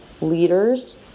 leaders